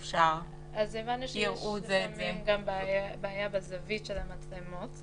הבנו שלפעמים יש בעיה בזווית של המצלמות.